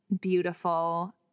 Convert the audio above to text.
beautiful